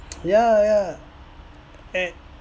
ya ya eh